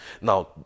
Now